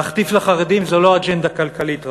להחטיף לחרדים זו לא אג'נדה כלכלית,